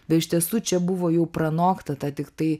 bet iš tiesų čia buvo jų pranokta ta tiktai